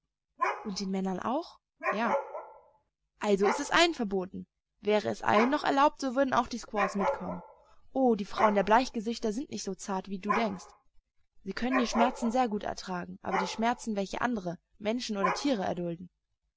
und den männern auch ja also ist es allen verboten wäre es allen noch erlaubt so würden auch die squaws mitkommen oh die frauen der bleichgesichter sind nicht so zart wie du denkst sie können die schmerzen sehr gut ertragen aber die schmerzen welche andere menschen oder tiere erdulden